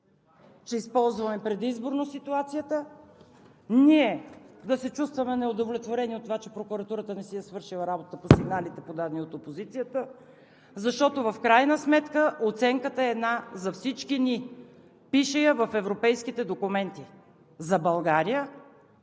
че използваме предизборно ситуацията, ние да се чувстваме неудовлетворени от това, че прокуратурата не си е свършила работата по сигналите, подадени от опозицията. Защото в крайна сметка оценката е една за всички ни, пише я в европейските документи за България,